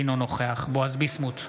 אינו נוכח בועז ביסמוט,